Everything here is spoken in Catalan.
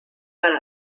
per